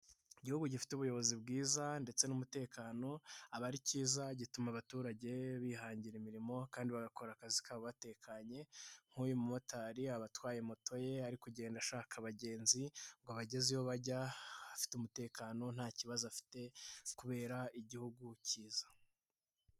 Igihugu gifite ubuyobozi bwiza ndetse n'umutekano aba ari kiza gituma abaturage bihangira imirimo kandi bagakora akazi kabo batekanye, nk'uyu mumotari aba atwaye moto ye ari kugenda ashaka abagenzi ngo abageze iyo bajya afite umutekano nta kibazo afite kubera igihugu kiza.